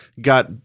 got